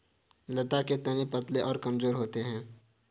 लता के तने पतले और कमजोर होते हैं